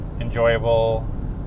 enjoyable